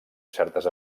certes